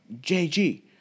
JG